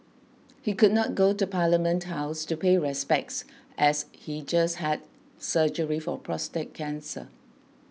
he could not go to Parliament House to pay respects as he just had surgery for prostate cancer